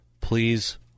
please